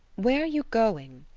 where are you going?